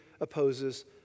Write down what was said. opposes